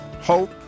hope